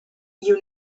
united